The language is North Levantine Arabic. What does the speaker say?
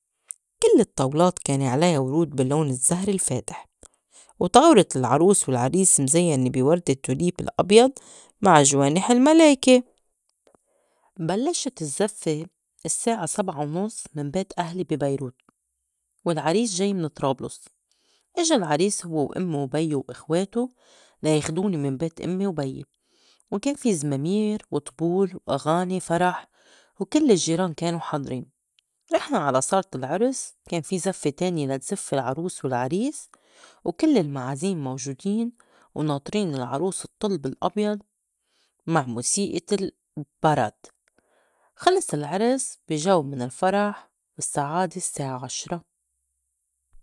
كل الطّاولات كان عليا ورود باللّون الزّهر الفاتح، وطاولة العروس والعريس مزيّنة بي وردة tulip الأبيض مع جوانج الملايكة. بلّشت الزفّة السّاعة سبعة ونُص من بيت أهلي بي بيروت والعريس جاي من طرابلُس، إجا العريس هوّ وإمّو و بيّو وإخواتو لا ياخدوني من بيت إمّي وبيّ، وكان في زمامير وطبول وأغاني فرح وكل الجّيران كانو حاضرين. رِحنا على صالة العرس كان في زفّة تانية لتزف العروس والعريس وكل المعازيم موجودين وناطرين العروس اطّل بالأبيض مع موسيقة ال parade. خِلص العرس بي جو من الفرح والسّعادة السّاعة عشرة.